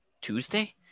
Tuesday